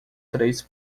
três